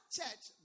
church